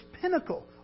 pinnacle